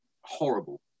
horrible